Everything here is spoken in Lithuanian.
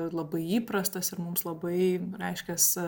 labai įprastas ir mums labai reiškias